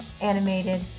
animated